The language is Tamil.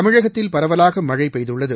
தமிழகத்தில் பரவலாக மழை பெய்துள்ளது